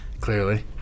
clearly